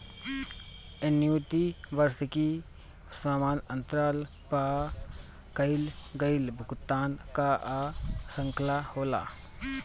annuity वार्षिकी समान अंतराल पअ कईल गईल भुगतान कअ श्रृंखला होला